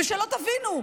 ושלא תבינו,